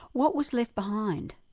what was left behind?